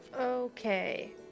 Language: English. Okay